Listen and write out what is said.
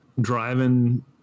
driving